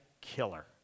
killer